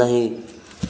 नहीं